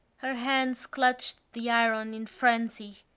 her hands clutched the iron in frenzy.